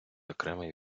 окремий